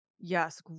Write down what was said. Yes